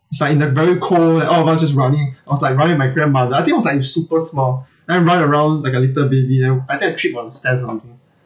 it's like in the very cold and all of us is running I was like running with my grandmother I think I was like super small then run around like a little baby ya I think I tripped on the stairs um